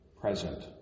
present